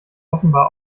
offenbar